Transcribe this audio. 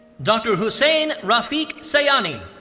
dr. hussein rafiq sayani.